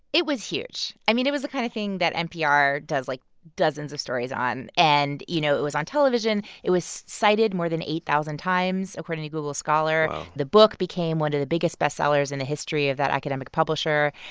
it was huge. i mean, it was the kind of thing that npr does like dozens of stories on. and, you know, it was on television. it was cited more than eight thousand times according to google scholar wow the book became one of the biggest best-sellers in the history of that academic publisher.